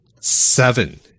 seven